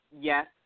Yes